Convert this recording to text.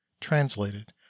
translated